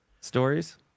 stories